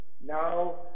now